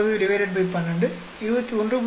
9 12 21